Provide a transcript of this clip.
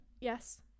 Yes